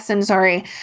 Sorry